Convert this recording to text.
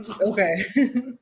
Okay